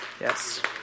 Yes